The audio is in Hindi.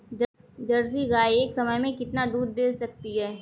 जर्सी गाय एक समय में कितना दूध दे सकती है?